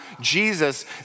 Jesus